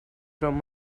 from